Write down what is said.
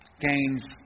Gains